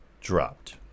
dropped